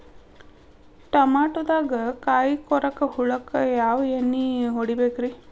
ಟಮಾಟೊದಾಗ ಕಾಯಿಕೊರಕ ಹುಳಕ್ಕ ಯಾವ ಎಣ್ಣಿ ಹೊಡಿಬೇಕ್ರೇ?